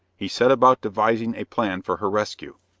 he set about devising a plan for her rescue.